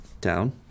down